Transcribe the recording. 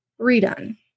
redone